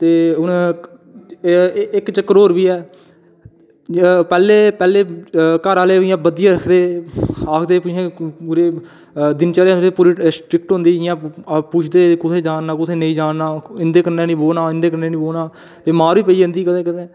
ते हून एह् ऐ इक चक्कर होर बी ऐ पैह्लें पैह्लें घर आह्ले बी इ'यां बज्झियै रखदे हे आखदे हे कि तुसें पूरी दिनचर्या पूरी स्ट्रिकट होंदी ही जि'यां पुछदे हे कुत्थै जाना कुत्थै नेईं जाना इं'दे कन्नै नेईं बौह्ना इंदे कन्नै नेईं बौह्ना ते मार बी पेई जंदी ही कदें कुते